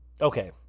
Okay